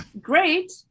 great